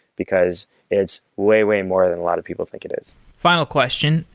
because it's way, way more than a lot of people think it is final question,